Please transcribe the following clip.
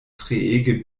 treege